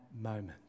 moment